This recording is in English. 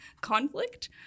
conflict